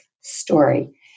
story